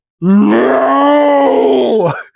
no